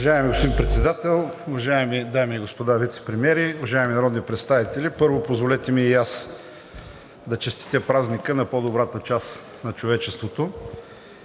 Уважаеми господин Председател, уважаеми дами и господа вицепремиери, уважаеми народни представители! Първо, позволете ми да честитя празника на по-добрата част на човечеството.